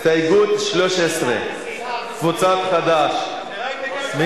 הסתייגות מס' 10, לסעיף 4, קבוצת חד"ש מציעה.